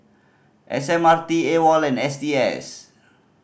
S M R T AWOL and S T S